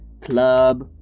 Club